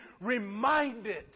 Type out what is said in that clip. reminded